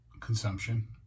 consumption